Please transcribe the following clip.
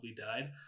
died